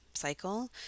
cycle